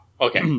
Okay